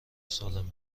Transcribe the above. سالم